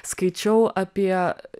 skaičiau apie